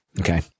Okay